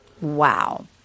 Wow